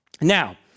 Now